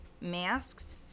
masks